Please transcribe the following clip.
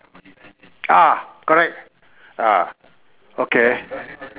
ah correct ah okay